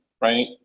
right